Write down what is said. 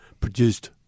produced